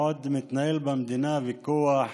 בעוד מתנהל במדינה ויכוח